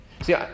See